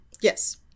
Yes